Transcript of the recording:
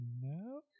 No